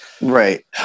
right